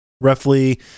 roughly